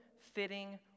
fitting